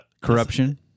Corruption